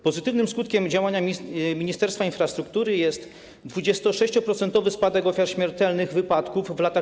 Pozytywnym skutkiem działania Ministerstwa Infrastruktury jest 26-procentowy spadek ofiar śmiertelnych wypadków w latach